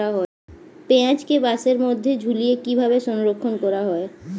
পেঁয়াজকে বাসের মধ্যে ঝুলিয়ে কিভাবে সংরক্ষণ করা হয়?